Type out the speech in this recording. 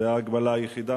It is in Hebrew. זו ההגבלה היחידה,